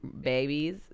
babies